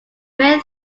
melt